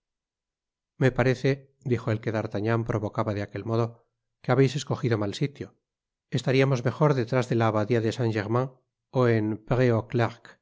fme parece dijo el que d'artagnan provocaba de aquel modo que habeis escogido mal sitio estariamos mejor detrás de la abadia de san gorman ó en